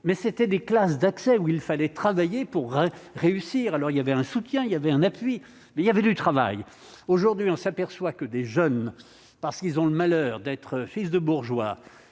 mais c'était des classes d'accès où il fallait travailler pour réussir, alors il y avait un soutien il y avait un appui mais il y avait du travail, aujourd'hui on s'aperçoit que des jeunes parce qu'ils ont le malheur d'être fils de bourgeois,